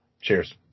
Cheers